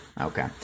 okay